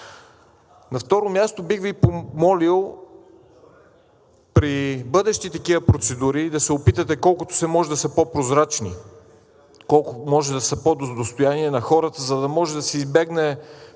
На второ място, бих Ви помолил при бъдещите такива процедури да се опитате колкото се може да са по-прозрачни, колкото се може да са достояние на хората, за да може да се избегнат